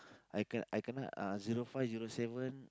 I ken~ I kena uh zero five zero seven